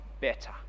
better